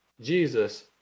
Jesus